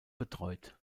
betreut